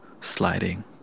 sliding